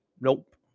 nope